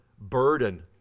burden